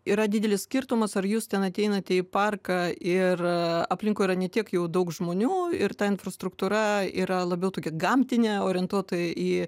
yra didelis skirtumas ar jūs ten ateinate į parką ir aplinkui yra ne tiek jau daug žmonių ir ta infrastruktūra yra labiau tokia gamtinė orientuota į